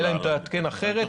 אלא אם כן תעדכן אחרת.